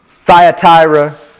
Thyatira